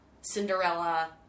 Cinderella